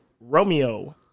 Romeo